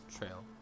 trail